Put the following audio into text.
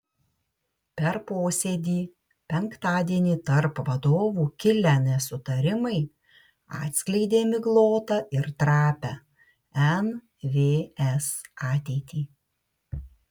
per posėdį penktadienį tarp vadovų kilę nesutarimai atskleidė miglotą ir trapią nvs ateitį